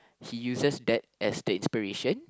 he uses that as the inspiration